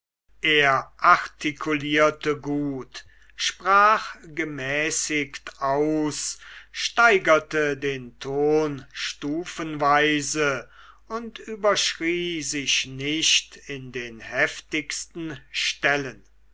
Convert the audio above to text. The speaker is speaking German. er artikulierte gut sprach gemäßigt aus steigerte den ton stufenweise und überschrie sich nicht in den heftigsten stellen